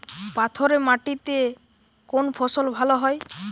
পাথরে মাটিতে কোন ফসল ভালো হয়?